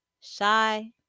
Shy